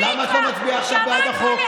גברתי, למה את לא מצביעה עכשיו בעד החוק?